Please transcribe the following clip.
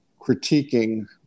critiquing